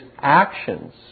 actions